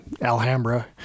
alhambra